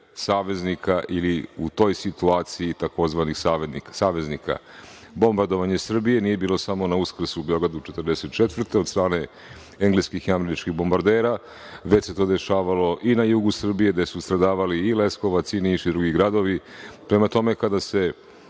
saveznika ili u toj situaciji tzv. saveznika. Bombardovanje Srbije nije bilo samo na Uskrs u Beogradu 1944. godine od strane engleskih i američkih bombardera, već se to dešavalo i na jugu Srbije, gde su stradali i Leskovac i Niš i drugi gradovi. Prema tome, kada se